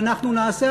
ואנחנו נעשה,